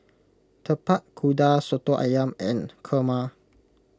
Tapak Kuda Soto Ayam and Kurma